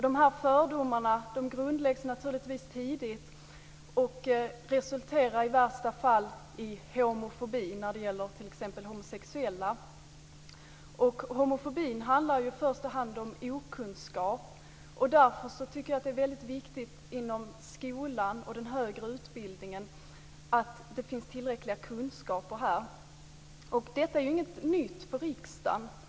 Dessa fördomar grundläggs tidigt och resulterar i värsta fall i t.ex. homofobi när det gäller homosexuella. Homofobi handlar i första hand om okunskap, och därför tycker jag att det är väldigt viktigt att det finns tillräckliga kunskaper om detta inom skolan och den högre utbildningen. Detta är ju inget nytt för riksdagen.